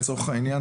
לצורך העניין,